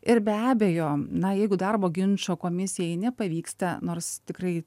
ir be abejo na jeigu darbo ginčo komisijai nepavyksta nors tikrai